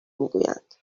میگویند